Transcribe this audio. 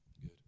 Good